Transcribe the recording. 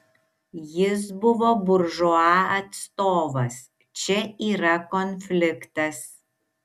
jis buvo buržua atstovas čia yra konfliktas